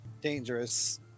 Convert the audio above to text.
dangerous